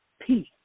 peace